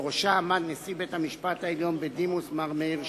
שבראשה עמד נשיא בית-המשפט העליון בדימוס מר מאיר שמגר.